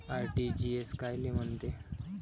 RTGS कायले म्हनते?